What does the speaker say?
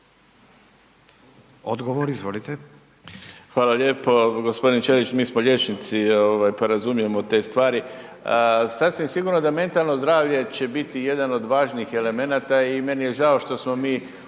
(Demokrati)** Hvala lijepo. Gospodić Ćelić, mi smo liječnici pa razumijemo te stvari. Sasvim sigurno da mentalno zdravlje će bit jedan od važnih elemenata i meni je žao što smo mi u